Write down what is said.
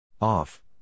Off